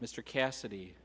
mr cassidy